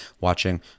watching